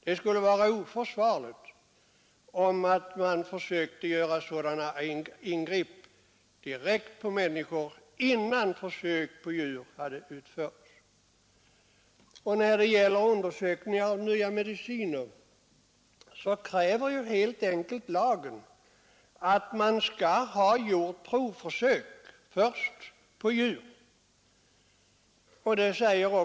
Det skulle vara oförsvarligt om man försökte göra sådana ingrepp direkt på människor innan försök på När det gäller undersökningar av nya mediciner kräver ju helt enkelt lagen att man skall ha gjort provförsök först på djur.